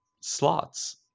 slots